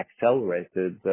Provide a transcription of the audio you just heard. accelerated